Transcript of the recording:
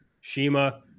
Shima